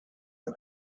man